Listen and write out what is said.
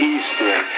Eastern